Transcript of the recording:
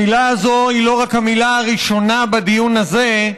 המילה הזאת היא לא רק המילה הראשונה בדיון הזה,